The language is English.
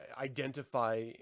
identify